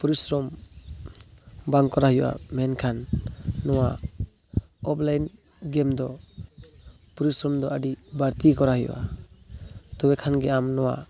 ᱯᱚᱨᱤᱥᱨᱚᱢ ᱵᱟᱝ ᱠᱚᱨᱟᱣ ᱦᱩᱭᱩᱜᱼᱟ ᱢᱮᱱᱠᱷᱟᱱ ᱱᱚᱣᱟ ᱚᱯᱷ ᱞᱟᱭᱤᱱ ᱜᱮᱢᱫᱚ ᱯᱚᱨᱤᱥᱨᱚᱢᱫᱚ ᱟᱹᱰᱤ ᱵᱟᱹᱲᱛᱤ ᱠᱚᱨᱟᱣ ᱦᱩᱭᱩᱜᱼᱟ ᱛᱚᱵᱮᱠᱷᱟᱱ ᱜᱮ ᱟᱢ ᱱᱚᱣᱟ